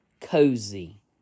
Cozy